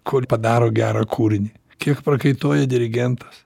kol padaro gerą kūrinį kiek prakaituoja dirigentas